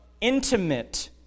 intimate